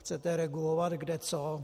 Chcete regulovat kde co.